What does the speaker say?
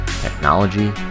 technology